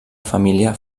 família